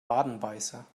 wadenbeißer